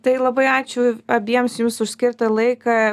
tai labai ačiū abiems jums už skirtą laiką